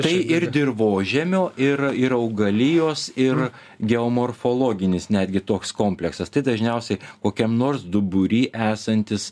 tai ir dirvožemio ir ir augalijos ir geomorfologinis netgi toks kompleksas dažniausiai kokiam nors dubury esantis